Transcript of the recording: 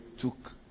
took